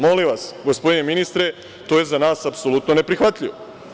Molim vas, gospodine ministre, to je za nas apsolutno ne prihvatljivo.